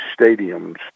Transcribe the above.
stadiums